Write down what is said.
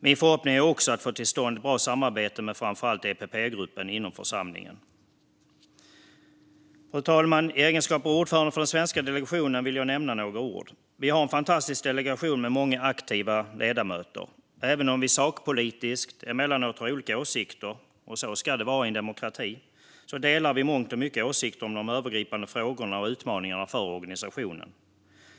Min förhoppning är att få till stånd bra samarbete med framför allt EPP-gruppen inom församlingen. Fru talman! I egenskap av ordförande för den svenska delegationen vill jag säga några ord. Vi har en fantastisk delegation med många aktiva ledamöter. Även om vi sakpolitiskt emellanåt har olika åsikter - så ska det vara i en demokrati - delar vi i mångt och mycket åsikter om de övergripande frågorna och utmaningarna för organisationen.